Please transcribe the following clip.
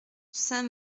saint